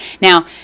Now